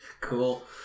cool